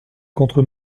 contre